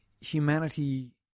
humanity